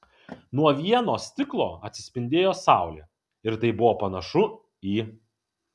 nuo vieno stiklo atsispindėjo saulė ir tai buvo panašu į